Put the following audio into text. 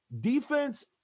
defense